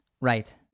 Right